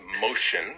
motion